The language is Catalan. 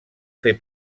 fer